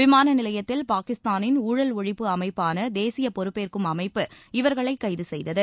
விமானநிலையத்தில் பாகிஸ்தானின் ஊழல் ஒழிப்பு அமைப்பான தேசிய பொறுப்பேற்கும் அமைப்பு இவர்களை கைது செய்தது